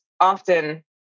often